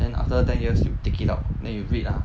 then after ten years you take it out then you read ah